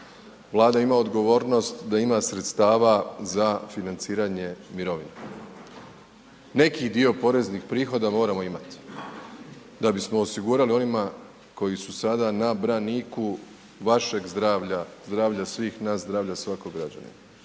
Vlada ima odgovornost da ima sredstava za financiranje mirovina. Neki dio poreznih prihoda moramo imati da bismo osigurali onima koji su sada na braniku vašeg zdravlja, zdravlja svih nas, zdravlja svakog građanina.